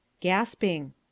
Gasping